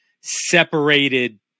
separated